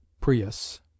prius